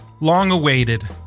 long-awaited